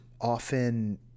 often